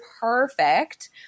perfect